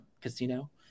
casino